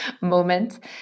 moment